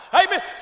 amen